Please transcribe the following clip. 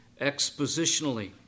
expositionally